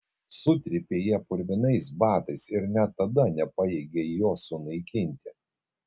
sutrypei ją purvinais batais ir net tada nepajėgei jos sunaikinti